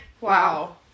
Wow